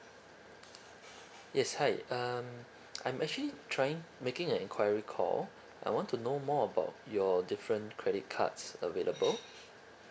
yes hi um I'm actually trying making an enquiry call I want to know more about your different credit cards available